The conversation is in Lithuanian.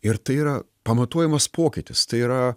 ir tai yra pamatuojamas pokytis tai yra